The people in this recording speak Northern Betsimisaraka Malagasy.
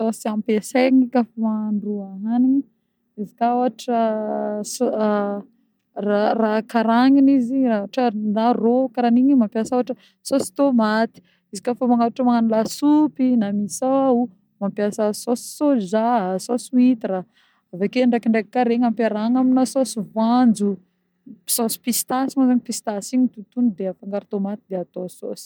Sôsy ampesegny koà fa mahandro ahanigny izy koà ôhatra rô karan'igny mampiasa sôsy tômaty, izy koà fa magnano ohatra magnano lasopy, misao mampiasa sôsy soja, sôsy huître avy ake ndrekindreky koà regny amperahana amina sôsy voanjo sôsy pistasy moa pistasy igny totona de afangaro tômaty de atô sôsy.